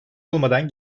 olmadan